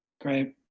great